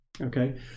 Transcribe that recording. okay